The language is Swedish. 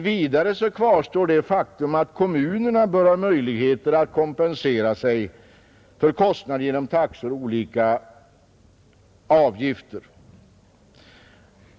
Vidare kvarstår det faktum att kommunerna bör ha möjligheter att kompensera sig för kostnader genom taxor och olika avgifter.